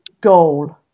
goal